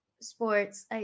sports